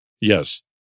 Yes